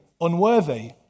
unworthy